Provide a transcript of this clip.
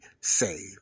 saved